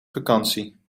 vakantie